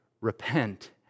repent